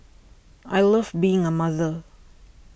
I love being a mother